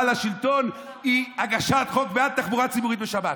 לשלטון הוא הגשת חוק בעד תחבורה ציבורית בשבת,